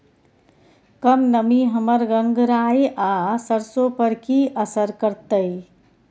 कम नमी हमर गंगराय आ सरसो पर की असर करतै?